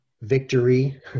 victory